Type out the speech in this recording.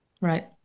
Right